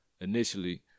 initially